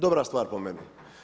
Dobra stvar po meni.